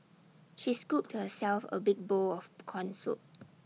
she scooped herself A big bowl of Corn Soup